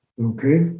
Okay